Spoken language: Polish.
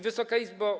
Wysoka Izbo!